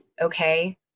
Okay